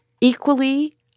equally